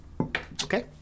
Okay